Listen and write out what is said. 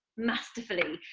masterfully,